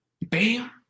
bam